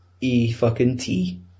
E-fucking-T